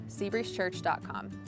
seabreezechurch.com